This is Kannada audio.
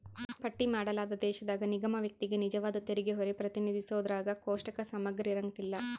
ಪಟ್ಟಿ ಮಾಡಲಾದ ದೇಶದಾಗ ನಿಗಮ ವ್ಯಕ್ತಿಗೆ ನಿಜವಾದ ತೆರಿಗೆಹೊರೆ ಪ್ರತಿನಿಧಿಸೋದ್ರಾಗ ಕೋಷ್ಟಕ ಸಮಗ್ರಿರಂಕಲ್ಲ